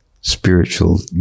spiritual